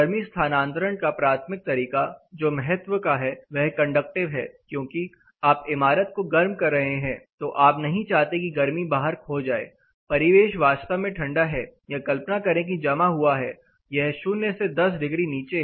गर्मी स्थानांतरण का प्राथमिक तरीका जो महत्व का है वह कंडक्टिव हैं क्योंकि आप इमारत को गर्म कर रहे हैं तो आप नहीं चाहते की गर्मी बाहर खो जाए परिवेश वास्तव में ठंडा है या कल्पना करें कि जमा हुआ है यह शून्य से 10 डिग्री नीचे है